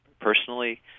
personally